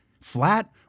flat